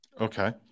Okay